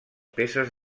peces